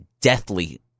deathly